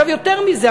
יותר מזה.